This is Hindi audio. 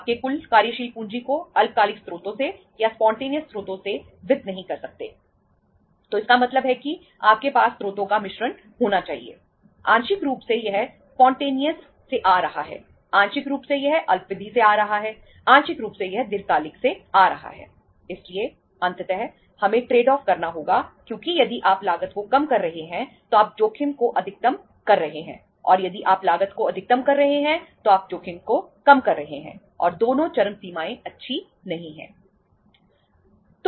आपके कुल कार्यशील पूंजी को अल्पकालिक स्रोतों से या स्पॉन्टेनियस करना होगा क्योंकि यदि आप लागत को कम कर रहे हैं तो आप जोखिम को अधिकतम कर रहे हैं और यदि आप लागत को अधिकतम कर रहे हैं तो आप जोखिम को कम कर रहे हैं और दोनों चरम सीमाएं अच्छी नहीं हैं